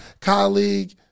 colleague